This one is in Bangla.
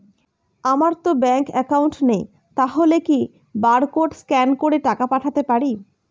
আমারতো ব্যাংক অ্যাকাউন্ট নেই তাহলে কি কি বারকোড স্ক্যান করে টাকা পাঠাতে পারি?